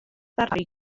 ddarparu